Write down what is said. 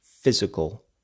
physical